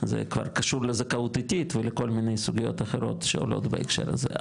זה כבר קשור לזכאות איטית ולכל מיני סוגיות אחרות שעולות בהקשר הזה,